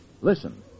listen